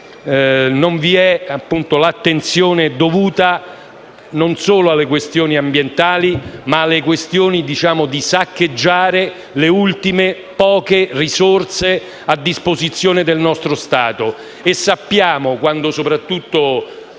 non vi è l'attenzione dovuta, non solo alle questioni ambientali, ma al saccheggio delle ultime poche risorse a disposizione del nostro Stato.